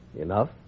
Enough